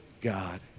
God